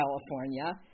California